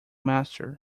master